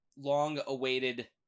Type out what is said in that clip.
long-awaited